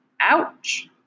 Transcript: Ouch